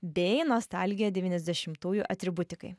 bei nostalgija devyniasdešimtųjų atributikai